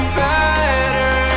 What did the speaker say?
better